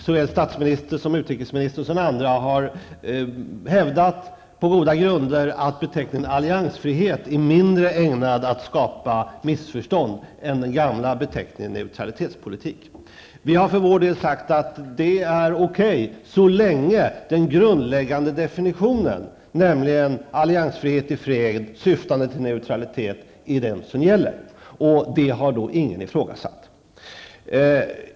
Såväl statsministern som utrikesministern och andra har på goda grunder hävdat att beteckningen alliansfrihet är mindre ägnad att skapa missförstånd än den gamla beteckningen neutralitetspolitik. Vi har för vår del sagt att det är okej så länge den grundläggande definitionen, nämligen alliansfrihet i fred syftande till neutralitet i krig, är den som gäller. Det har ingen ifrågasatt.